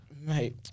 Mate